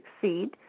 succeed